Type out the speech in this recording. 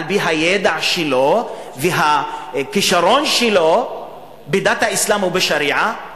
על-פי הידע שלו והכשרון שלו בדת האסלאם או בשריעה,